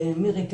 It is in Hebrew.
מירי,